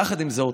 יחד עם זאת,